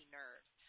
nerves